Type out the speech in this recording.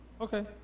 Okay